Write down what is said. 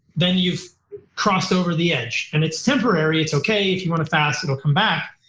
then you've crossed over the edge and it's temporary. it's okay if you want to fast, it will come back.